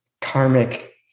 karmic